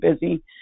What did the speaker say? busy